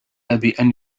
بأن